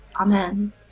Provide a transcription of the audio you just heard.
amen